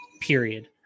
period